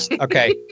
Okay